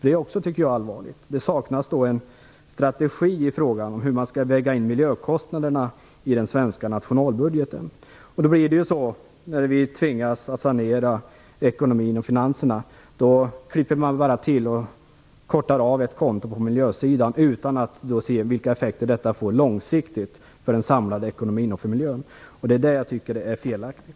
Det är också allvarligt. Det saknas en strategi i frågan om hur man skall väga in miljökostnaderna i den svenska nationalbudgeten. När vi tvingas sanera ekonomin och finanserna klipper man bara till och kortar av ett konto på miljösidan utan att se vilka effekter det får långsiktigt för den samlade ekonomin och för miljön. Det är det jag tycker är felaktigt.